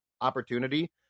opportunity